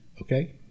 Okay